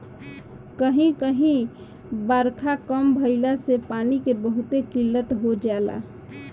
कही कही बारखा कम भईला से पानी के बहुते किल्लत हो जाला